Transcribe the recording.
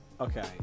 okay